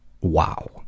Wow